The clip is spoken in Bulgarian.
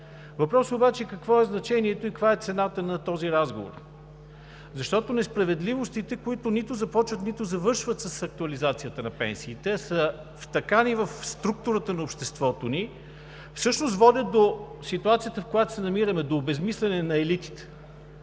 Въпросът обаче е какво е значението и каква е цената на този разговор? Защото несправедливостите, които нито започват, нито завършват с актуализацията на пенсиите, са втъкани в структурата на обществото ни, всъщност водят до ситуацията, в която се намираме – до обезсмисляне на елитите.